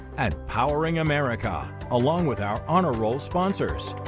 at powering america along with out on a roll sponsors.